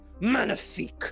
magnifique